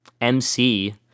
mc